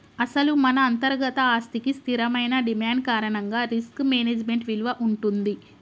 అసలు మన అంతర్గత ఆస్తికి స్థిరమైన డిమాండ్ కారణంగా రిస్క్ మేనేజ్మెంట్ విలువ ఉంటుంది